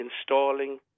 installing